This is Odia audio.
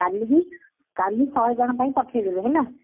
କାଲିକି କାଲି ଶହେଜଣ ପାଇଁ ପଠେଇ ଦେବେ ହେଲା